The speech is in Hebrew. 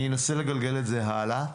אנסה לגלגל את זה הלאה,